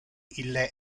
ille